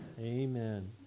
Amen